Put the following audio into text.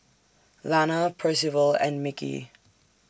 Lana Percival and Mickie